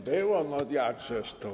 Było, no jakże to.